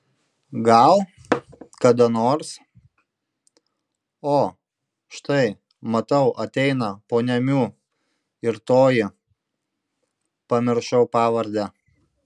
gal kada nors o štai matau ateina ponia miu ir toji pamiršau pavardę